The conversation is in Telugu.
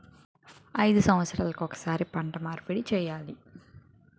ఎన్ని సంవత్సరాలకి ఒక్కసారి పంట మార్పిడి చేయాలి?